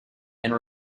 and